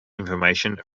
information